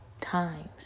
times